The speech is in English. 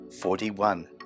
Forty-one